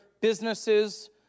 businesses